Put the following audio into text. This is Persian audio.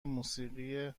موسیقی